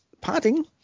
padding